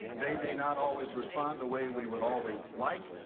they may not always respond the way we would always like,